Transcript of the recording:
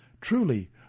Truly